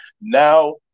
now